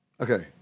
Okay